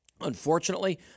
Unfortunately